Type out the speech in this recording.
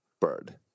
bird